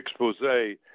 expose